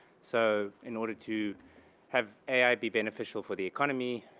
so in order to have ai be beneficial for the economy,